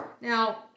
Now